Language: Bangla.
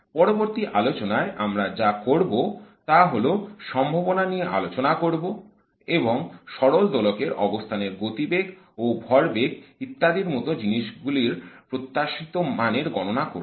পরবর্তী আলোচনায় আমরা যা করব তা হল সম্ভাবনা নিয়ে আলোচনা করব এবং সরল দোলকের অবস্থানের গতিবেগ ও ভরবেগ ইত্যাদির মত জিনিসগুলোর প্রত্যাশিত মানের গননা করব